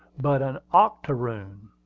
but an octoroon.